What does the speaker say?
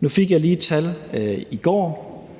Nu fik jeg lige et tal i går,